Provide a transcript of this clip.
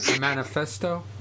manifesto